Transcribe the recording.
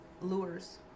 lures